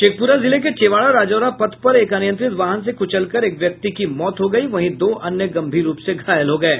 शेखपुरा जिले के चेवाडा राजौरा पथ पर एक अनियंत्रित वाहन से कुचल कर एक व्यक्ति की मौत हो गयी वहीं दो अन्य गंभीर रूप से घायल हो गये